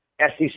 SEC